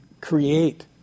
create